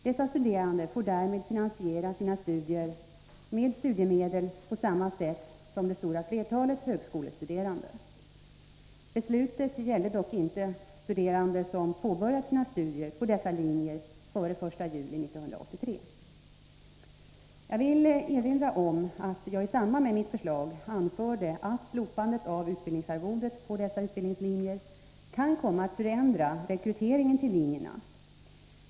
Dessa studerande får därmed finansiera sina studier med studiemedel på samma sätt som det stora flertalet högskolestuderande. Om vissastuderan: Beslutet gällde dock inte studerande som påbörjat sina studier på dessa linjer des ekonomiska före den 1 juli 1983. situation Jag vill erinra om att jag i samband med mitt förslag anförde att slopandet av utbildningsarvodet på dessa utbildningslinjer kan komma att förändra rekryteringen till linjerna.